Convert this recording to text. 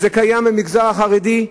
זה קיים במגזר החרדי.